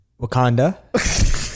Wakanda